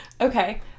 Okay